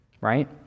right